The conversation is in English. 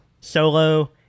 solo